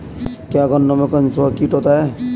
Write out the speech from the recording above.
क्या गन्नों में कंसुआ कीट होता है?